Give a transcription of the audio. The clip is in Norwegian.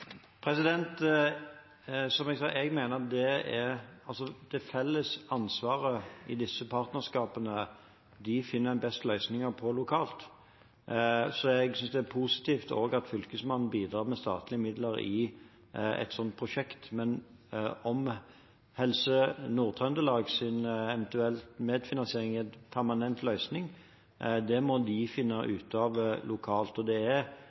Som jeg sa: Jeg mener at det felles ansvaret i disse partnerskapene finner en best løsninger på lokalt. Jeg synes også det er positivt at Fylkesmannen bidrar med statlige midler i et slikt prosjekt, men Helse Nord-Trøndelags eventuelle medfinansiering i en permanent løsning må de finne ut av lokalt.